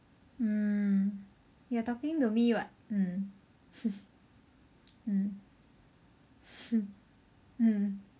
mm you are talking to me what mm mm mm